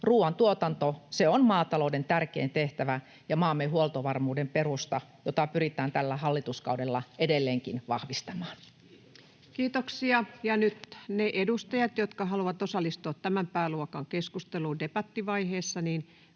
Ruuantuotanto on maatalouden tärkein tehtävä ja maamme huoltovarmuuden perusta, jota pyritään tällä hallituskaudella edelleenkin vahvistamaan. Kiitoksia. — Nyt pyydän niitä edustajia, jotka haluavat osallistua tämän pääluokan keskusteluun debattivaiheessa,